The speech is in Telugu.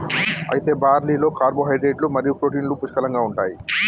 అయితే బార్లీలో కార్పోహైడ్రేట్లు మరియు ప్రోటీన్లు పుష్కలంగా ఉంటాయి